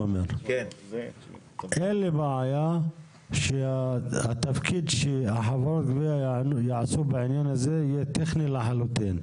אין לי בעיה שהתפקיד שחברות הגבייה יעשו בעניין הזה יהיה טכני לחלוטין.